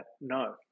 no